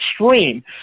extreme